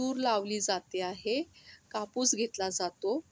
तूर लावली जाते आहे कापूस घेतला जातो